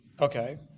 Okay